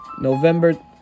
November